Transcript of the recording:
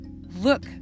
Look